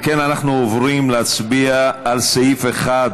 אנחנו עוברים להצביע על הסתייגות מס' 6,